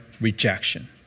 rejection